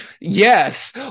Yes